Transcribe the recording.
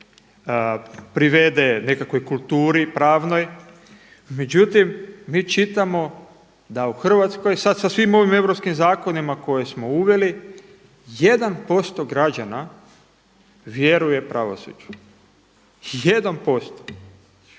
privede nekakvoj kulturi pravnoj, međutim mi čitamo da u Hrvatskoj sada sa svim ovim europskim zakonima koje smo uveli 1% građana vjeruje pravosuđu, 1%.